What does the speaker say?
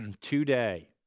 today